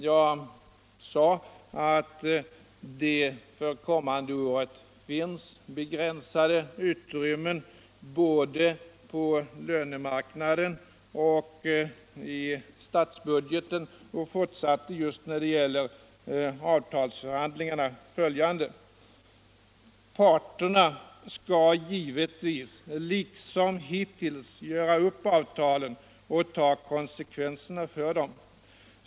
Jag sade att det för det kommande året finns begränsade utrymmen både på lönemarknaden och i statsbudgeten och fortsatte just när det gällde avtalsförhandlingarna med följande: Parterna skall givetvis liksom hittills göra upp avtalen och ta konsekvenserna av dem.